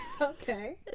Okay